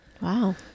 Wow